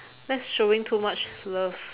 that's showing too much love